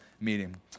meeting